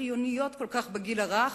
החיוניות כל כך בגיל הרך,